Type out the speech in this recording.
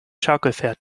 schaukelpferd